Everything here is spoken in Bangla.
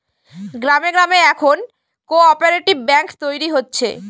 গ্রামে গ্রামে এখন কোঅপ্যারেটিভ ব্যাঙ্ক তৈরী হচ্ছে